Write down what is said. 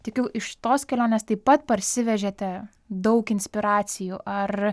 tikiu iš tos kelionės taip pat parsivežėte daug inspiracijų ar